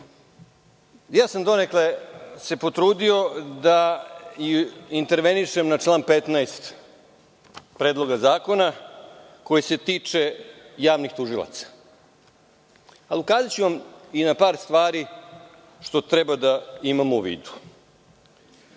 sam se potrudio da intervenišem na član 15. Predloga zakona, koji se tiče javnih tužilaca. Ukazaću vam i na par stvari koje treba da imamo u vidu. Do